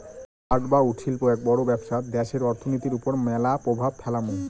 কাঠ বা উড শিল্প এক বড় ব্যবসা দ্যাশের অর্থনীতির ওপর ম্যালা প্রভাব ফেলামু